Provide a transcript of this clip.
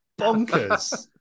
Bonkers